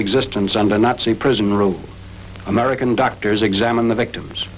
existence under nazi prison rule american doctors examine the victims